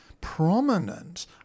prominent